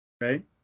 right